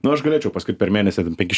nu aš galėčiau paskui per mėnesį penkis